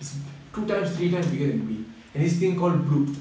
it's two times three times bigger than whale and this thing called bloop